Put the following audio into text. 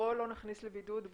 בואו נכניס לבידוד.